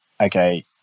okay